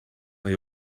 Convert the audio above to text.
mae